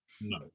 No